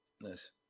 Yes